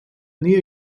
nähe